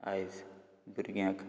आयज भुरग्यांक